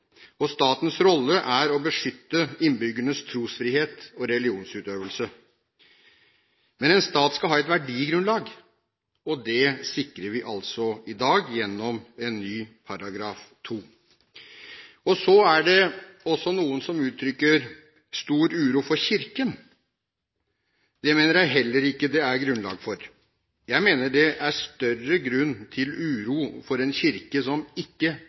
Statens rolle er å beskytte innbyggernes trosfrihet og religionsutøvelse. Men en stat skal ha et verdigrunnlag, og det sikrer vi altså i dag gjennom en ny § 2. Så er det også noen som uttrykker stor uro for Kirken. Det mener jeg heller ikke det er grunnlag for. Jeg mener det er større grunn til uro for en kirke som ikke